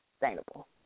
sustainable